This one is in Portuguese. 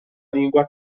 língua